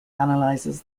analyzes